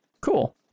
Cool